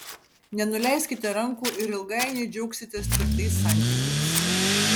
nenuleiskite rankų ir ilgainiui džiaugsitės tvirtais santykiais